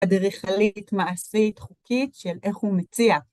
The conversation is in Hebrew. אדריכלית, מעשית, חוקית של איך הוא מציע.